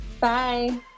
Bye